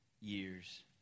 years